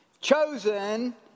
chosen